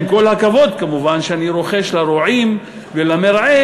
עם כל הכבוד כמובן שאני רוחש לרועים ולמרעה,